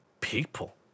people